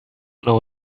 know